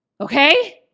Okay